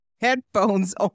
headphones